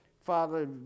Father